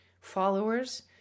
followers